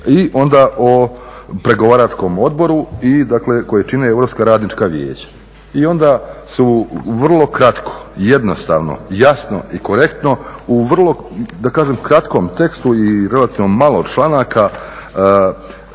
i onda o pregovaračkom odboru i dakle koje čine Europska radnička vijeća. I onda su vrlo kratko, jednostavno, jasno i konkretno u vrlo da kažem kratkom tekstu i relativno malo članaka